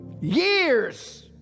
years